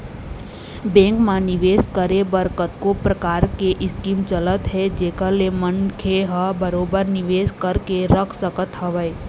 bank म निवेस करे बर कतको परकार के स्कीम चलत हे जेखर ले मनखे ह बरोबर निवेश करके रख सकत हवय